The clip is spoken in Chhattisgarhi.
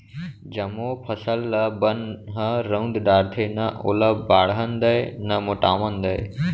जमो फसल ल बन ह रउंद डारथे, न ओला बाढ़न दय न मोटावन दय